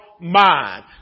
mind